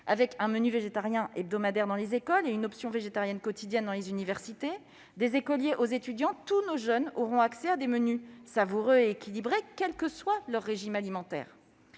un menu végétarien hebdomadaire dans les écoles et une option végétarienne quotidienne dans les universités. Des écoliers aux étudiants, tous nos jeunes auront accès à des menus savoureux et équilibrés, quel que soit leur régime alimentaire.